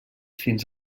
fins